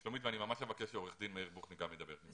שלומית, אני ממש מבקש שעורך דין מאיר בוחניק ידבר.